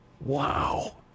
Wow